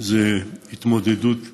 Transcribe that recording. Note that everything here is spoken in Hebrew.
זאת התמודדות לחיים.